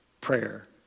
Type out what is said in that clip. prayer